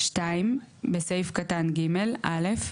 ; (2) בסעיף קטן (ג) - (א)